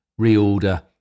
reorder